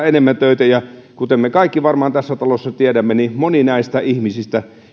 enemmän töitä ja kuten me kaikki varmaan tässä talossa tiedämme monelle näistä ihmisistä